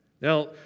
Now